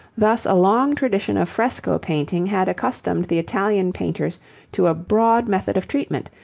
thus, a long tradition of fresco painting had accustomed the italian painters to a broad method of treatment,